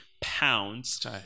pounds